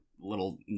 little